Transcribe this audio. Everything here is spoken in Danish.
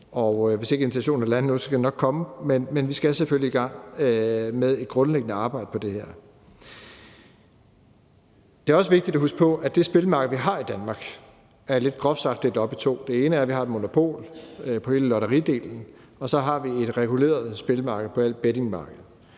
og hvis ikke invitationen er landet endnu, skal den nok komme, men vi skal selvfølgelig i gang med et grundlæggende arbejde på det her område. Kl. 15:18 Det er også vigtigt at huske på, at det spilmarked, vi har i Danmark, lidt groft sagt er delt op i to. Den ene del er et monopol på hele lotteridelen, og så har vi et reguleret spilmarked på hele bettingmarkedet.